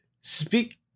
speak